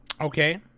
Okay